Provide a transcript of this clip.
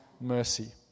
mercy